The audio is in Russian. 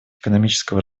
экономического